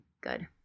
good